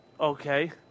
Okay